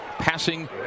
passing